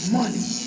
money